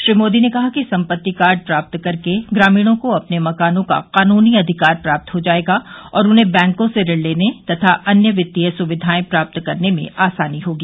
श्री मोदी ने कहा कि सम्पत्ति कार्ड प्राप्त करके ग्रामीणों को अपने मकानों का कानूनी अधिकार प्राप्त हो जाएगा और उन्हें बैंकों से ऋण लेने तथा अन्य वित्तीय सुविधाए प्राप्त करने में आसानी होगी